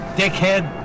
dickhead